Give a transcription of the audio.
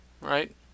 right